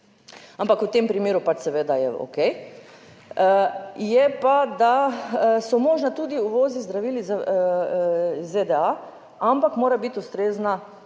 ampak v tem primeru pač seveda je okej. Je pa, da so možna tudi uvozi zdravil iz ZDA, ampak mora biti ustrezna